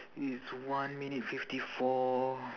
it's one minute fifty four